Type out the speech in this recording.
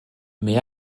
mais